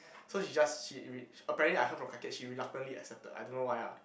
so she just she she apparently I heard from Ka kiet she reluctantly accepted I don't know why ah